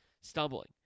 stumbling